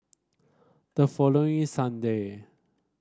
the following Sunday